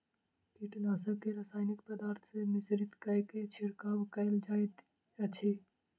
कीटनाशक के रासायनिक पदार्थ सॅ मिश्रित कय के छिड़काव कयल जाइत अछि